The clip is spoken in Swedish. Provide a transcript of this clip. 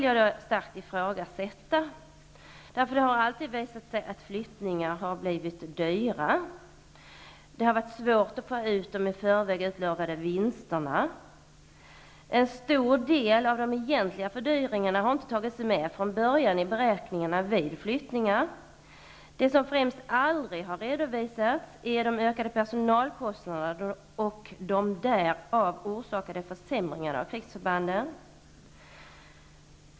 Jag vill starkt ifrågasätta detta. Det har alltid visat sig att flyttningar har blivit dyra. Det har varit svårt att få ut de i förväg utlovade vinsterna. En stor del av de egentliga fördyringarna har inte tagits med i beräkningarna från början vid flyttningar. Det som aldrig har redovisats är de ökade personalkostnaderna och de därav orsakade försämringarna av krigsförbanden.